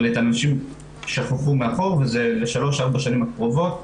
אבל את הנשים שכחו מאחור וזה לשלוש-ארבע השנים הקרובות.